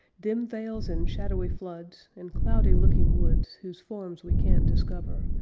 dim vales and shadowy floods and cloudy-looking woods whose forms we can't discover,